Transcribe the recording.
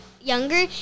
younger